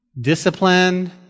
Discipline